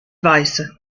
weiße